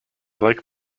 like